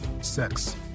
sex